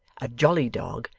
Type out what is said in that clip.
a jolly dog,